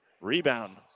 Rebound